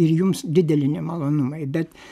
ir jums dideli nemalonumai bet